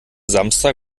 samstag